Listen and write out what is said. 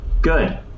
Good